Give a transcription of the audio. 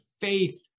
faith